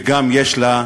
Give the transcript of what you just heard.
וגם יש לה,